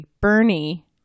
Bernie